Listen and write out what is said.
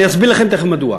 אני אסביר לכם תכף מדוע.